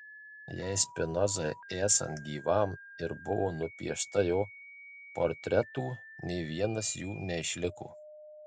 jei spinozai esant gyvam ir buvo nupiešta jo portretų nė vienas jų neišliko